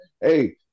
hey